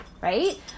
right